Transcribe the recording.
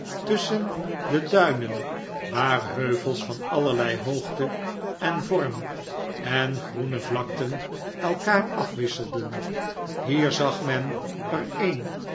tusschen de duinen waar heuvels van allerlei hoogte en vorm en groene vlakten elkaar afwisselden hier zag men er een